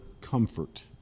comfort